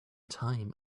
time